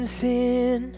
sin